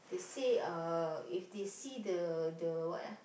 they say uh if they see the the what ah